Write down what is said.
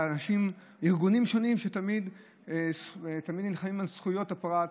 ארגונים שונים שתמיד נלחמים על זכויות הפרט,